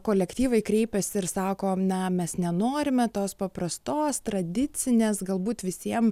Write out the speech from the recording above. kolektyvai kreipiasi ir sako na mes nenorime tos paprastos tradicinės galbūt visiem